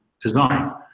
design